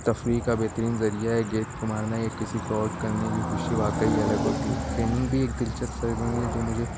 تفریح کا بہترین ذریعہ ہے گیند کو مارنا یا کسی کو آؤٹ کرنے کی خوشی واقعی الگ ہوتی ہے ٹرینگ بھی ایک دلچسپ سرگرمی ہے جو مجھے